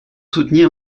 soutenir